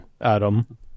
Adam